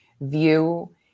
view